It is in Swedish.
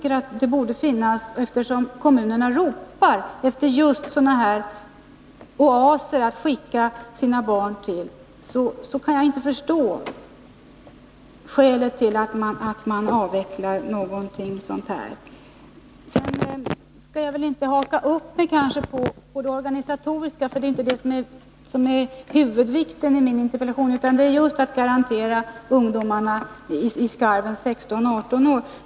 Eftersom kommunerna ropar efter just sådana här oaser att skicka sina barn till, kan jag inte förstå skälet till att man avvecklar riksyrkesskolorna. Sedan skall jag kanske inte haka upp mig på det organisatoriska. Det var inte det viktigaste i min interpellation, utan i stället inriktningen att man skall ge en garanti till ungdomarna i skarven 16-18 år.